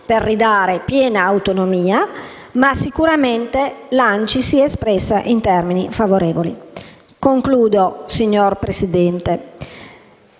per ridare loro piena autonomia - ma sicuramente l'ANCI si è espressa in termini favorevoli. Concludo, signor Presidente,